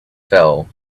fell